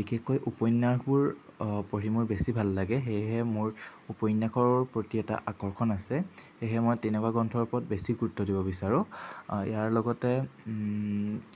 বিশেষকৈ উপন্যাসবোৰ পঢ়ি মোৰ বেছি ভাল লাগে সেয়েহে মোৰ উপন্যাসৰ প্ৰতি এটা আকৰ্ষণ আছে সেয়েহে মই তেনেকুৱা গ্ৰন্থৰ ওপৰত বেছি গুৰুত্ব দিব বিচাৰোঁ ইয়াৰ লগতে